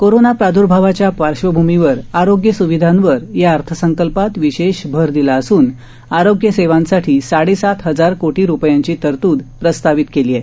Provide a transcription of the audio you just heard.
corona प्रादुर्भावाच्या पार्श्वभूमीवर आरोग्य सुविधांवर या अर्थसंकल्पात विशेष भर दिला असून आरोग्य सेवांसाठी साडे सात हजार कोटी रुपयांची तरतूद प्रस्तावित केली आहे